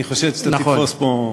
אני חושד שאתה תתפוס פה,